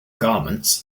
garments